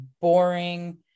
boring